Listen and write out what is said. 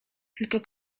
tylko